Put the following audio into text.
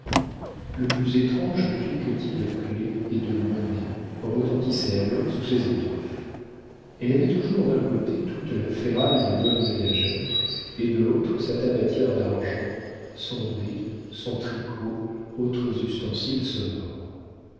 le plus étrange cliquetis de clefs et de monnaie retentissait alors sous ces étoffes elle avait toujours d'un côté toute la ferraille des bonnes ménagères et de l'autre sa tabatière d'argent son dé son tricot autres ustensiles sonores